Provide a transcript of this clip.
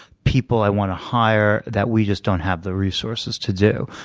people i want to hire, that we just don't have the resources to do.